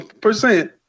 percent